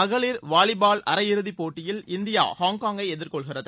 மகளிர் வாலிபால் அரைஇறதி போட்டியில் இந்தியா ஹாங்காங்கை எதிர்கொள்கிறது